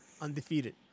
Undefeated